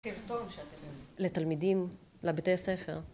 לתלמידים, לבתי ספר